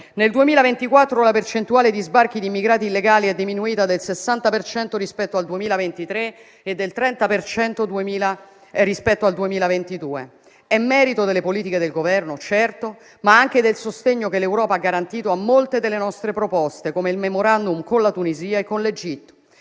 nel 2024 la percentuale di sbarchi di immigrati illegali è diminuita del 60 per cento rispetto al 2023 e del 30 per cento rispetto al 2022. È merito delle politiche del Governo, certo, ma anche del sostegno che l'Europa ha garantito a molte delle nostre proposte, come il Memorandum con la Tunisia e con l'Egitto.